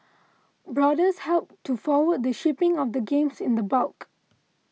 boarders helped to forward the shipping of the games in the bulk